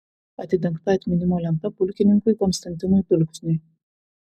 atidengta atminimo lenta pulkininkui konstantinui dulksniui